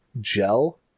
gel